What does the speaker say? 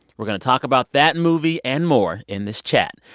we're going to talk about that movie and more in this chat.